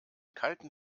kalten